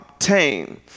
Obtain